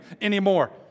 anymore